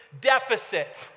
deficit